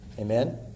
Amen